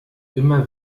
immer